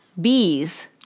bees